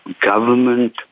government